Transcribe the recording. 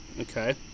Okay